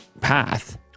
path